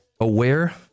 aware